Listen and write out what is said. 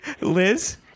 Liz